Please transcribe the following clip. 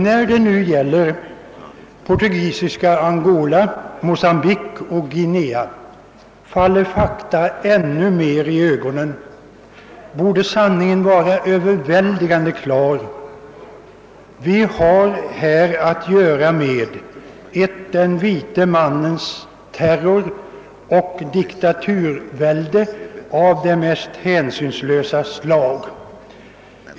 När det nu gäller portugisiska Angöla, Mocambique och Guinea faller fakta än mer i ögonen. Sanningen. borde vara överväldigande klar: vi har här att göra med ett den vite mannens terroroch diktaturvälde av det mest hänsynslösa slag.